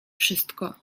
wszystko